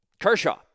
Kershaw